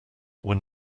were